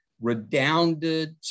redounded